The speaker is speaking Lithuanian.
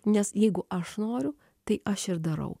nes jeigu aš noriu tai aš ir darau